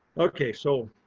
okay, so